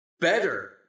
better